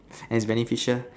and many fishes